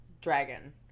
dragon